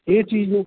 ਇਹ ਚੀਜ਼